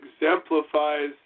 exemplifies